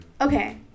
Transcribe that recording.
Okay